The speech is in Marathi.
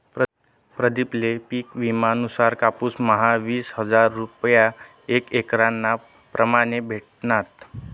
प्रदीप ले पिक विमा नुसार कापुस म्हा वीस हजार रूपया एक एकरना प्रमाणे भेटनात